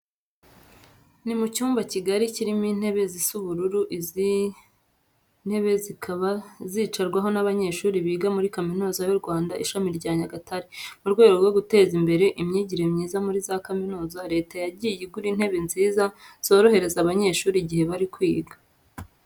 Ni mu cyumba kigari kirimo intebe zisa ubururu, izi ntebe zikaba zicarwaho n'abanyeshuri biga muri Kaminuza y'u Rwanda ishami rya Nyagatare. Mu rwego rwo guteza imbere imyigire myiza muri za kaminuza, Leta yagiye igura intebe nziza zorohereza abanyeshuri igihe bari kwiga.